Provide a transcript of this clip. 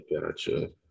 Gotcha